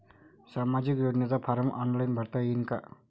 सामाजिक योजनेचा form online भरता येईन का?